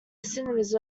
cinemas